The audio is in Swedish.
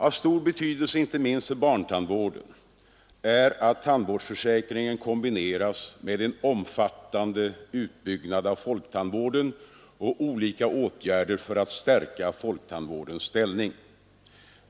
Av stor betydelse inte minst för barntandvården är att tandvårdsförsäkringen kombineras med en om fattande utbyggnad av folktandvården och olika åtgärder för att stärka folktandvårdens ställning.